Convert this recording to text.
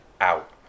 out